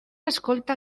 escolta